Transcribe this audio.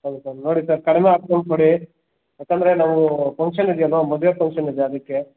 ಹೌದು ಸರ್ ನೋಡಿ ಸರ್ ಕಡಿಮೆ ಹಾಕ್ಕೊಂಡ್ ಕೊಡಿ ಯಾಕಂದರೆ ನಾವು ಫಂಕ್ಷನ್ ಇದೆಯಲ್ವ ಮದುವೆ ಫಂಕ್ಷನ್ ಇದೆ ಅದಕ್ಕೆ